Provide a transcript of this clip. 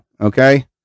Okay